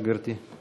עמדתי היא